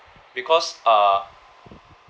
because uh